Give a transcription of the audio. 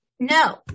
No